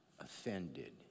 offended